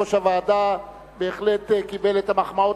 יושב-ראש הוועדה בהחלט קיבל את המחמאות